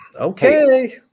okay